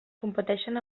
competeixen